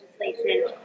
legislation